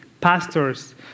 Pastors